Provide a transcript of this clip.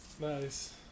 nice